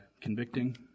convicting